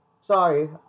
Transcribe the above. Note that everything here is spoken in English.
Sorry